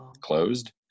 closed